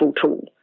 tool